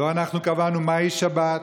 לא אנחנו קבענו מהי שבת.